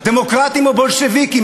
דמוקרטים או בולשביקים.